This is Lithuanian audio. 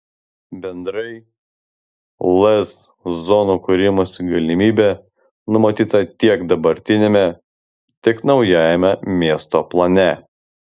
bendrai lez zonų kūrimosi galimybė numatyta tiek dabartiname tiek naujajame miesto plane